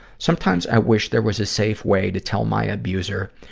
sometimes i wish there was a safe way to tell my abuser,